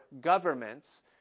governments